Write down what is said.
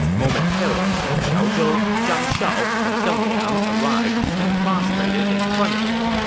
momentarily, qiao zhou, zhang shao, and deng liang arrived and prostrated in front of him.